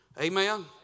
Amen